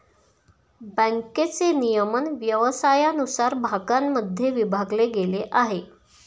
बँकेचे नियमन व्यवसायानुसार भागांमध्ये विभागले गेले आहे